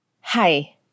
Hi